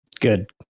Good